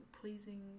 pleasing